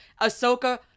Ahsoka